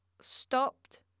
stopped